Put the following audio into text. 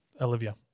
Olivia